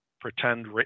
pretend